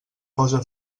pose